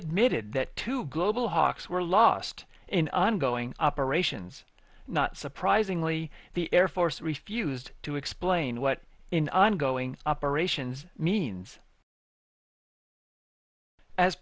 admitted that two global hawks were lost in ongoing operations not surprisingly the air force refused to explain what in ongoing operations means as